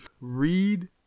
Read